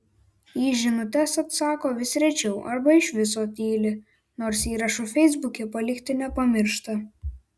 į žinutes atsako vis rečiau arba iš viso tyli nors įrašų feisbuke palikti nepamiršta